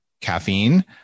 caffeine